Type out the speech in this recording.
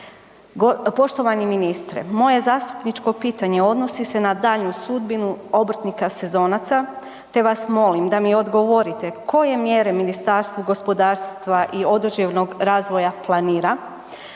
Poštovani ministre, moje zastupničko pitanje odnosni se na daljnju sudbinu obrtnika sezonaca, te vas molim da mi odgovorite koje mjere Ministarstvo gospodarstva i određenog razvoja planira